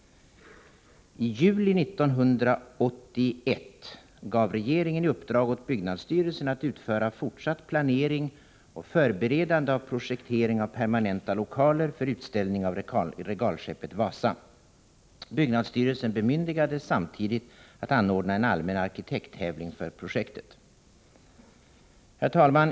I juli 1981 gav regeringen i uppdrag åt byggnadsstyrelsen att utföra fortsatt planering och förberedande projektering av permanenta lokaler för utställning av regalskeppet Wasa. Byggnadsstyrelsen bemyndigades samtidigt att anordna en allmän arkitekttävling för projektet. Herr talman!